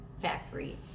factory